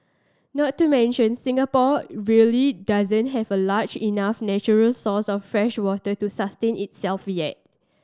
not to mention Singapore really doesn't have a large enough natural source of freshwater to sustain itself yet